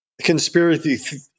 Conspiracy